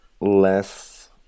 less